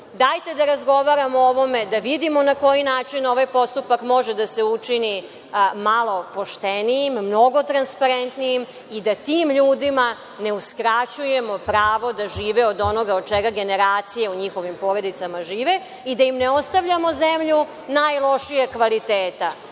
da razgovaramo o ovome, da vidimo na koji način ovaj postupak može da se učini malo poštenijim, mnogo transparentnijim i da tim ljudima ne uskraćujemo pravo da žive od onoga od čega generacije u njihovim porodicama žive i da im ne ostavljamo zemlju najlošijeg kvaliteta,